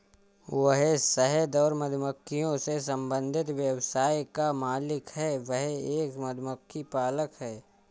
वह शहद और मधुमक्खियों से संबंधित व्यवसाय का मालिक है, वह एक मधुमक्खी पालक है